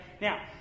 Now